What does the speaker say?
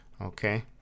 Okay